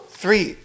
three